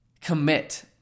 commit